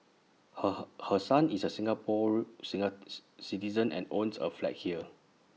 her her her son is A Singapore citizen and owns A flat here